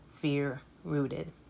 fear-rooted